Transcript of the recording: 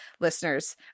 listeners